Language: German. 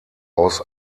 aus